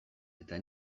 eta